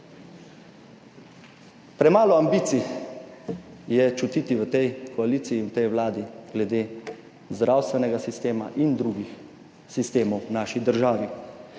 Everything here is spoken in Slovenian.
Premalo ambicij je čutiti v tej koaliciji in v tej vladi, glede zdravstvenega sistema in drugih sistemov v naši državi.